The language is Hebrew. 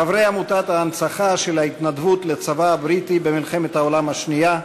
חברי עמותת ההנצחה של ההתנדבות לצבא הבריטי במלחמת העולם השנייה,